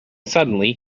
suddenly